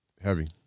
heavy